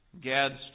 Gad's